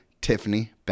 Tiffany